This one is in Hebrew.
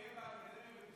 זה דיון שהתקיים באקדמיה